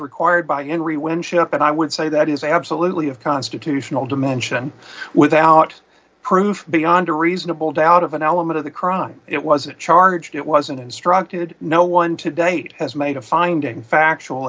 required by enry winship and i would say that is absolutely of constitutional dimension without proof beyond a reasonable doubt of an element of the crime it was a charge it wasn't instructed no one to date has made a finding factual